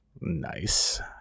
Nice